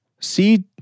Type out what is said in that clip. see